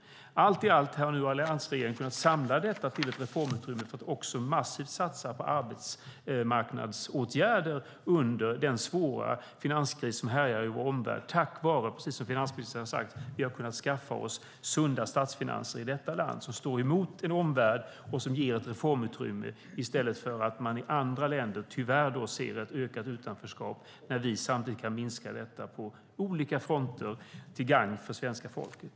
Allt som allt har alliansregeringen kunnat samla detta till ett reformutrymme för att massivt kunna satsa på arbetsmarknadsåtgärder under den svåra finanskris som härjar i vår omvärld. Detta har skett tack vare, precis som finansministern har sagt, att vi har kunnat skaffa oss sunda statsfinanser i detta land som står emot en omvärld och ger ett reformutrymme. I andra länder ser man tyvärr ökat utanförskap när vi samtidigt kan minska detta på olika fronter till gagn för svenska folket.